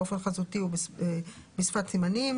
אופן חזותי ובשפת סימני,